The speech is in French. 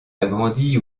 agrandi